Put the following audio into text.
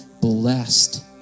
blessed